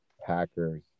Packers